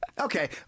Okay